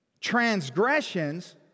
transgressions